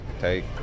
take